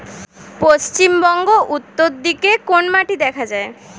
পশ্চিমবঙ্গ উত্তর দিকে কোন মাটি দেখা যায়?